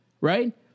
right